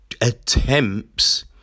attempts